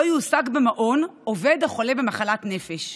לא יועסק במעון עובד החולה במחלת נפש,